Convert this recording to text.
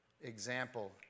example